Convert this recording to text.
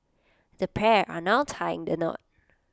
the pair are now tying the knot